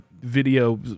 video